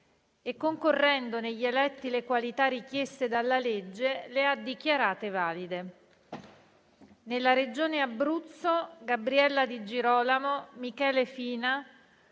Grazie a tutti